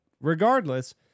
regardless